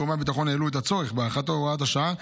גורמי הביטחון העלו את הצורך בהארכת הוראה השעה.